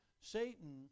Satan